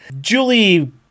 Julie